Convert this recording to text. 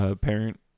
parent